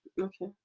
Okay